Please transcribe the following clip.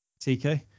TK